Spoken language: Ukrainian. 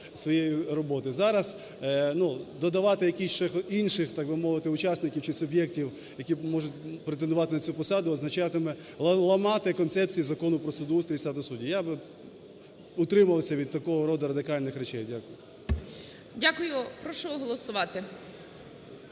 Дякую. Прошу голосувати.